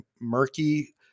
murky